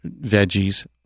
veggies